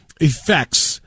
effects